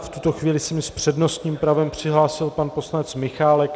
V tuto chvíli se s přednostním právem přihlásil pan poslanec Michálek.